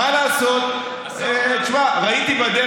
נכון, נכון.